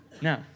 Now